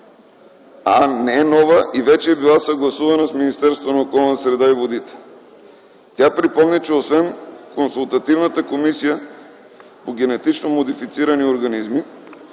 не е нова и вече е била съгласувана с Министерството на околната среда и водите. Тя припомни, че освен консултативната комисия по генетично модифицирани организми